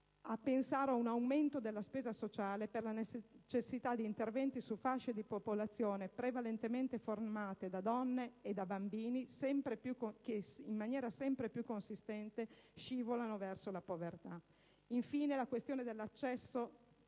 a pensare a un aumento della spesa sociale per la necessità di interventi su fasce di popolazione - prevalentemente formate da donne e bambini - che in maniera sempre più consistente scivolano verso la povertà. Infine, faccio riferimento